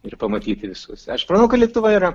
ir pamatyti visus aš manau kad lietuva yra